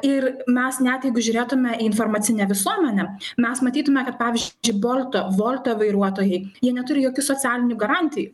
ir mes net jeigu žiūrėtume į informacinę visuomenę mes matytume kad pavyzdžiui bolto volto vairuotojai jie neturi jokių socialinių garantijų